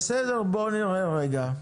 בסדר, בוא נראה רגע.